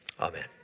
Amen